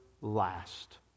last